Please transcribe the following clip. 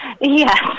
Yes